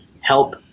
help